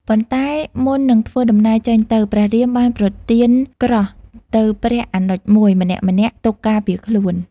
ប៉ុន្តែមុននឹងធ្វើដំណើរចេញទៅ ព្រះរាមបានប្រទានក្រោះទៅព្រះអនុជមួយ ម្នាក់ៗទុកការពារខ្លួន។